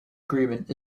agreement